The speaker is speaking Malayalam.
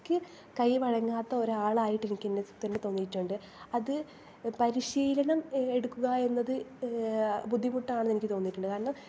ക്ക് കൈ വഴങ്ങാത്ത ഒരാളായിട്ട് എനിക്ക് എന്നെ തന്നെ തോന്നിയിട്ടുണ്ട് അത് പരിശീലനം എടുക്കുക എന്നത് ബുദ്ധിമുട്ടാണെന്ന് എനിക്ക് തോന്നിയിട്ടുണ്ട് കാരണം